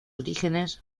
orígenes